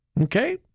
Okay